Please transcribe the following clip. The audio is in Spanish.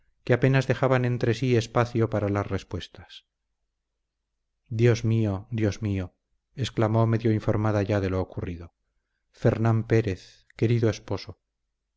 que apenas dejaban entre sí espacio para las respuestas dios mío dios mío exclamó medio informada ya de lo ocurrido fernán pérez querido esposo